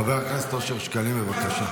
חבר הכנסת אושר שקלים, בבקשה.